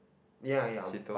ya ya but